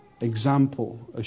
example